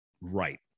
Right